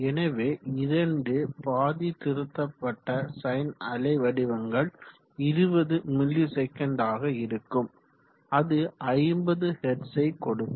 எனவே 2 பாதி திருத்தப்பட்ட சைன் அலைவடிவங்கள் 20 ms ஆக இருக்கும் அது 50 ஹெர்ட்ஸ்யை கொடுக்கும்